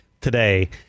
today